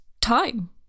time